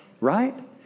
Right